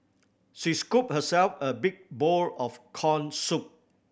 she scooped herself a big bowl of corn soup